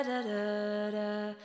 Da-da-da